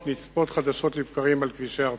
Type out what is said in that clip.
רבות מועדות לפורענות נצפות חדשות לבקרים על כבישי ארצנו.